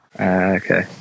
okay